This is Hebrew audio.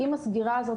עם הסגירה הזאת,